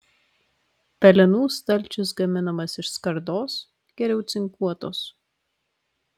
pelenų stalčius gaminamas iš skardos geriau cinkuotos